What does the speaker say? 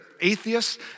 atheists